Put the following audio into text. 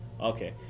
Okay